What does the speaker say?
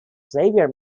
xavier